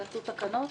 יצאו תקנות?